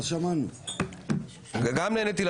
עוד לא סיימו, אפילו לא הצביעו על